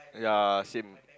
ya same